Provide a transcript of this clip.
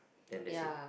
then that's it